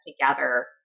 together